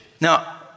Now